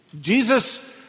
Jesus